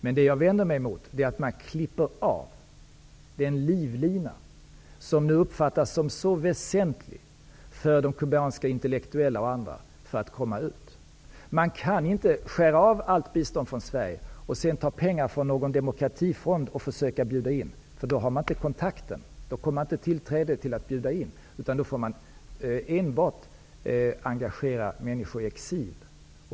Men jag vänder mig mot att den livlina som uppfattas som så väsentlig för de kubanska intellektuella och andra för att kunna komma ut klipps av. Man kan inte skära ned allt bistånd från Sverige, för att sedan ta pengar från någon demokratifond och skicka ut inbjudningar. Då finns inte kontakten, och då har man inte tillträde att skicka ut inbjudningar. Då får man enbart engagera människor i exil.